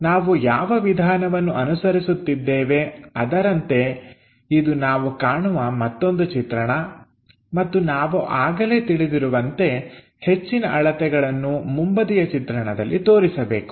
ನಾವು ಯಾವ ವಿಧಾನವನ್ನು ಅನುಸರಿಸುತ್ತಿದ್ದೇವೆ ಅದರಂತೆ ಇದು ನಾವು ಕಾಣುವ ಮತ್ತೊಂದು ಚಿತ್ರಣ ಮತ್ತು ನಾವು ಆಗಲೇ ತಿಳಿದಿರುವಂತೆ ಹೆಚ್ಚಿನ ಅಳತೆಗಳನ್ನು ಮುಂಬದಿಯ ಚಿತ್ರಣದಲ್ಲಿ ತೋರಿಸಬೇಕು